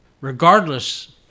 regardless